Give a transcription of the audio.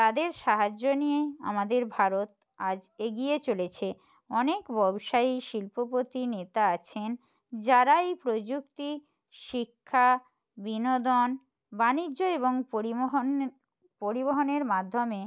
তাদের সাহায্য নিয়েই আমাদের ভারত আজ এগিয়ে চলেছে অনেক ব্যবসায়ী শিল্পপতি নেতা আছেন যারা এই প্রযুক্তি শিক্ষা বিনোদন বাণিজ্য এবং পরিবহণ পরিবহণের মাধ্যমে